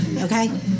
okay